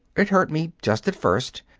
it hurt me just at first.